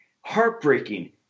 heartbreaking